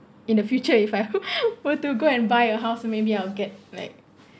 in the future if I were to go and buy a house maybe I'll get like